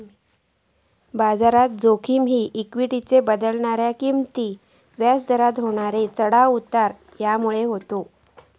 बाजारात जोखिम ही इक्वीटीचे बदलणारे किंमती, व्याज दरात होणारे चढाव उतार ह्यामुळे होता